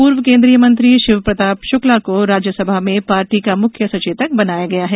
पूर्व केंद्रीय मंत्री शिवप्रताप शुक्ला को राज्यंसभा में पार्टी का मुख्य सचेतक बनाया गया है